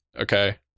Okay